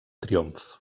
triomf